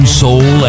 soul